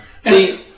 See